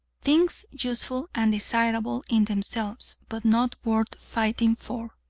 things useful and desirable in themselves, but not worth fighting for.